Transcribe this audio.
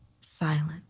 silent